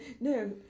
no